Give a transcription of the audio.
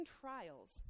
trials